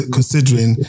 considering